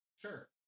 Sure